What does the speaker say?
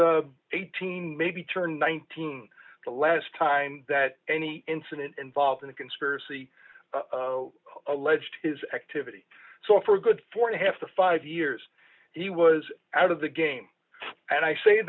eighteen maybe turned nineteen the last time that any incident involved in a conspiracy alleged his activity so for good for half the five years he was out of the game and i say